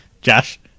Josh